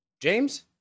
James